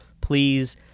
please